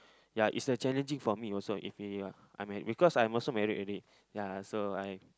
ya its a challenging for me also if you are I'm married because I'm also married already ya so I